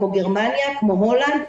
כמו גרמניה והולנד,